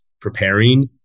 preparing